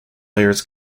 layers